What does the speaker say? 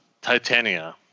Titania